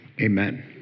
Amen